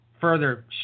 Further